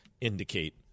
indicate